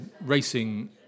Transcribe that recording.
racing